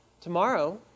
tomorrow